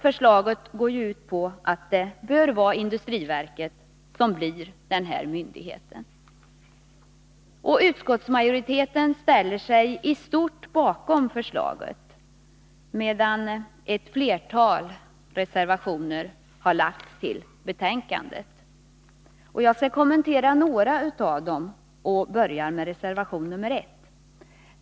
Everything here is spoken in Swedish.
Förslaget går ut på att det bör vara industriverket som blir denna myndighet. Utskottsmajoriteten ställer sig i stort bakom förslaget. Till betänkandet har också fogats ett flertal reservationer. Jag skall kommentera några av dem och börjar med reservation nr 1.